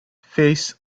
phase